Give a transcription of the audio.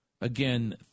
again